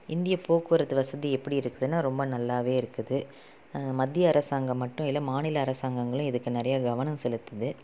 இந்திய போக்குவரத்து வசதி எப்படி இருக்குதுன்னா ரொம்ப நல்லாவே இருக்குது மத்திய அரசாங்கம் மட்டும் இல்லை மாநில அரசாங்கங்களும் இதுக்கு நிறைய கவனம் செலுத்துது